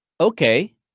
okay